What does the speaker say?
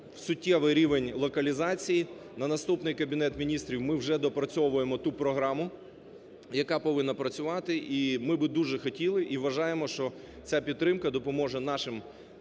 суттєвий рівень локалізації. На наступний Кабінет Міністрів ми вже доопрацьовуємо ту програму, яка повинна працювати, і ми би дуже хотіли і вважаємо, що ця підтримка допоможе нашим